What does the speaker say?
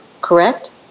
Correct